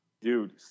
dude